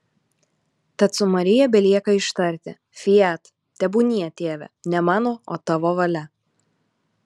tad su marija belieka ištarti fiat tebūnie tėve ne mano o tavo valia